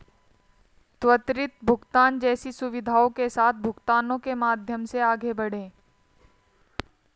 त्वरित भुगतान जैसी सुविधाओं के साथ भुगतानों के माध्यम से आगे बढ़ें